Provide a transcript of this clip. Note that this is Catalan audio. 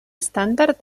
estàndard